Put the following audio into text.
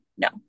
No